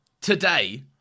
today